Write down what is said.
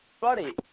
Buddy